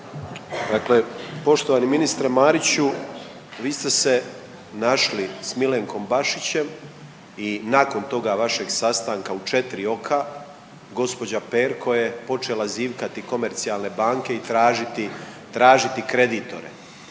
Poštovani ministre Mariću, vi ste se našli s Milenkom Bašićem i nakon toga vašeg sastanka u četiri oka gospođa Perko je počela zivkati komercijalne banke i tražiti kreditore,